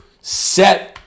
set